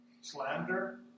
slander